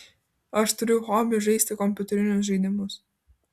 aš turiu hobį žaisti kompiuterinius žaidimus